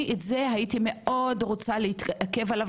הייתי רוצה להתעכב על זה.